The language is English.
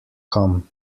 come